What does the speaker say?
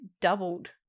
doubled